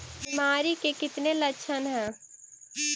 बीमारी के कितने लक्षण हैं?